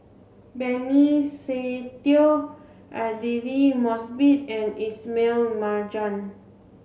Benny Se Teo Aidli Mosbit and Ismail Marjan